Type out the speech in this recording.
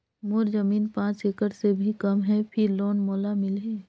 मोर जमीन पांच एकड़ से भी कम है फिर लोन मोला मिलही?